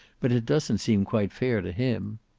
but it doesn't seem quite fair to him.